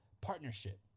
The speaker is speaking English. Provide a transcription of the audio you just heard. partnership